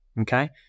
okay